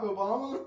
Obama